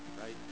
Right